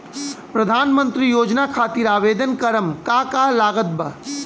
प्रधानमंत्री योजना खातिर आवेदन करम का का लागत बा?